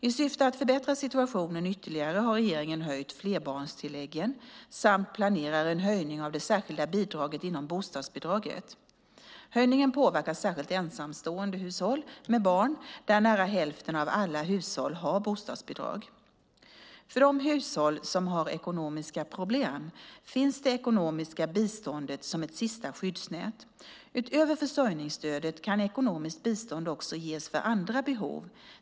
I syfte att förbättra situationen ytterligare har regeringen höjt flerbarnstilläggen samt planerar en höjning av det särskilda bidraget inom bostadsbidraget. Höjningen påverkar särskilt ensamståendehushåll med barn där nära hälften av alla hushåll har bostadsbidrag. För de hushåll som har ekonomiska problem finns det ekonomiska biståndet som ett sista skyddsnät. Utöver försörjningsstödet kan ekonomiskt bistånd ges också för andra behov.